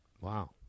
Wow